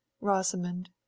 Rosamond